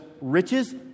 riches